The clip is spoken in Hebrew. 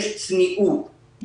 יש צניעות,